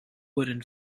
wooden